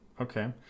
Okay